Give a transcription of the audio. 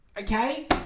Okay